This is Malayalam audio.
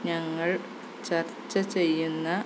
ഞങ്ങൾ ചർച്ച ചെയ്യുന്ന